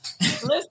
Listen